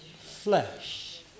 flesh